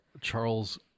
Charles